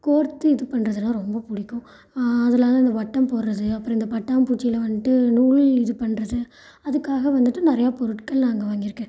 கோர்த்து இது பண்ணுறதுலாம் ரொம்ப பிடிக்கும் அதனால இந்த வட்டம் போடுறது அப்புறம் இந்த பட்டாம்பூச்சியில் வந்துட்டு நூல் இது பண்ணுறது அதுக்காக வந்துட்டு நிறையா பொருட்கள் நான் அங்கே வாங்கியிருக்கேன்